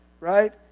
right